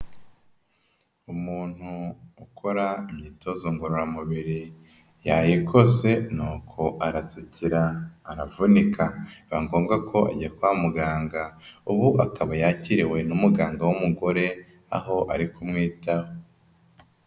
Umuntu ukora imyitozo ngororamubiri, yayikoze nuko aratsikira aravunika, biba ngombwa ko ajya kwa muganga, ubu akaba yakiriwe n'umuganga w'umugore aho ari kumwitaho.